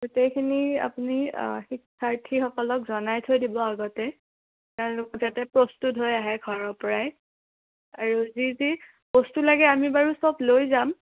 গোটেইখিনি আপুনি শিক্ষাৰ্থীসকলক জনাই থৈ দিব আগতে তেওঁলোক যাতে প্ৰস্তুত হৈ আহে ঘৰৰপৰাই আৰু যি যি বস্তু লাগে আমি বাৰু চব লৈ যাম